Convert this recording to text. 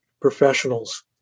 professionals